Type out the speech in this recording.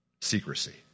Secrecy